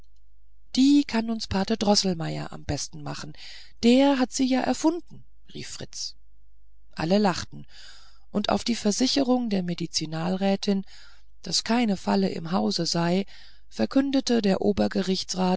die kann uns pate droßelmeier am besten machen der hat sie ja erfunden rief fritz alle lachten und auf die versicherung der medizinalrätin daß keine falle im hause sei verkündete der